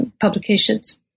publications